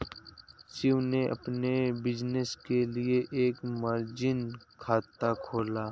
शिव ने अपने बिज़नेस के लिए एक मार्जिन खाता खोला